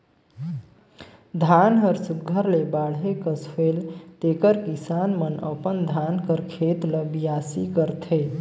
धान हर सुग्घर ले बाढ़े कस होएल तेकर किसान मन अपन धान कर खेत ल बियासी करथे